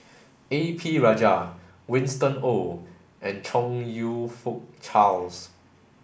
A P Rajah Winston Oh and Chong You Fook Charles